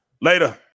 Later